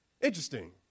interesting